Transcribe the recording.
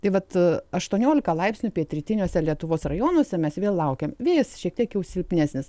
tai vat aštuoniolika laipsnių pietrytiniuose lietuvos rajonuose mes vėl laukiam vėjas šiek tiek jau silpnesnis